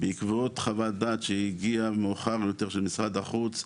בעקבות חוות דעת שהגיעה מאוחר יותר של משרד החוץ,